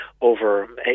over